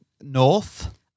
north